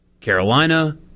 Carolina